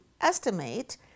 estimate